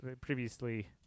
previously